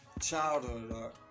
childhood